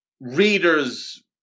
readers